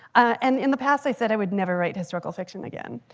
and in the past. i said i would never write historical fiction again.